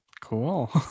Cool